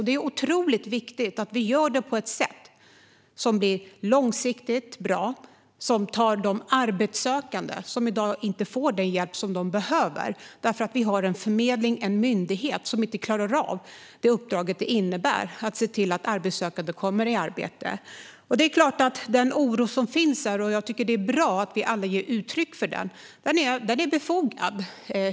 Det är otroligt viktigt att vi gör det så att det blir långsiktigt bra, även för de arbetssökande. De får i dag inte den hjälp de behöver eftersom vi har en förmedling, en myndighet, som inte klarar av sitt uppdrag att se till att arbetssökande kommer i arbete. Det är klart att det finns en oro. Jag tycker att det är bra att vi alla ger uttryck för den, för den är befogad.